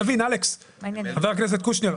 חבר הכנסת קושניר,